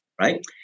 Right